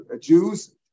Jews